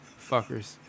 fuckers